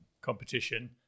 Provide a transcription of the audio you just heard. competition